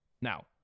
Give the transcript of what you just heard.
Now